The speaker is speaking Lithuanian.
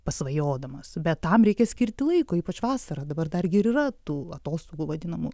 pasvajodamas bet tam reikia skirti laiko ypač vasarą dabar dargi ir yra tų atostogų vadinamų